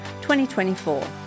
2024